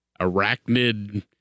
arachnid